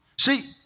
See